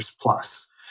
plus